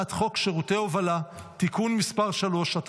הצעת חוק שירותי הובלה (תיקון מס' 3),